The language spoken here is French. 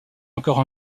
encore